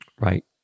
right